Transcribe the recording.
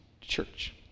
church